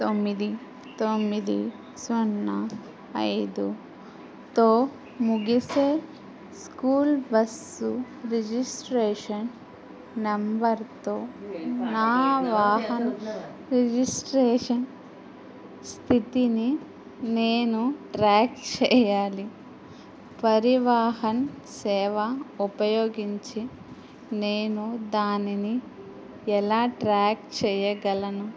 తొమ్మిది తొమ్మిది సున్నా ఐదుతో ముగిసే స్కూల్ బస్సు రిజిస్ట్రేషన్ నెంబర్తో నా వాహన రిజిస్ట్రేషన్ స్థితిని నేను ట్రాక్ చేయాలి పరివాహన్ సేవ ఉపయోగించి నేను దానిని ఎలా ట్రాక్ చేయగలను